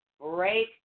break